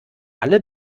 alle